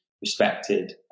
respected